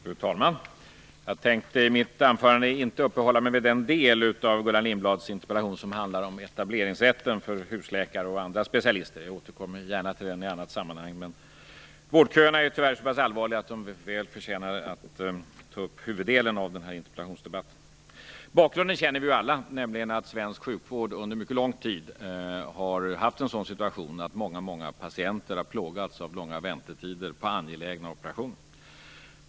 Fru talman! Jag tänker inte i mitt anförande uppehålla mig vid den del av Gullan Lindblads interpellation som handlar om etableringsrätten för husläkare och andra specialister. Jag återkommer gärna till frågan i annat sammanhang, men vårdköerna är så pass allvarliga att de väl förtjänar att ta upp huvuddelen av denna interpellationsdebatt. Bakgrunden känner vi alla, nämligen att svensk sjukvård under mycket lång tid har haft en sådan situation att många patienter har plågats av långa väntetider till angelägna operationer.